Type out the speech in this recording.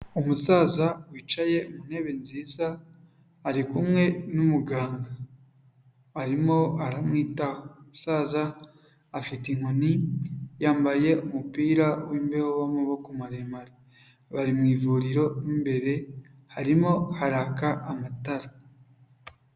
Umusaza wicaye mu ntebe nziza ari kumwe n'umuganga, arimwo aramwitaho, umusaza afite inkoni yambaye umupira w'imbeho w'amaboko maremare, bari mu ivuriro mo imbere, harimo haraka amatara.